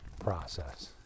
process